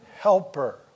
helper